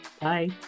bye